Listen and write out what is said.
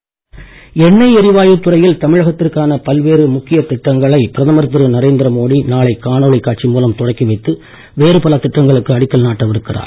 மோடி தமிழ்நாடு எண்ணெய் எரிவாயுத் துறையில் தமிழகத்திற்கான பல்வேறு முக்கிய திட்டங்களை பிரதமர் திரு நரேந்திர மோடி நாளை காணொளி காட்சி மூலம் தொடக்கி வைத்து வேறு பல திட்டங்களுக்கு அடிக்கல் நாட்ட இருக்கிறார்